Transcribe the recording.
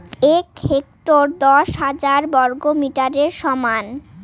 এক হেক্টর দশ হাজার বর্গমিটারের সমান